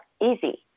easy